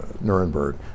Nuremberg